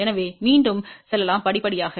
எனவே மீண்டும் செல்லலாம் படி படியாக